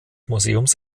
museums